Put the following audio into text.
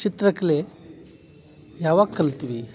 ಚಿತ್ರಕಲೆ ಯಾವಾಗ ಕಲಿತ್ವಿ